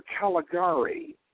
Caligari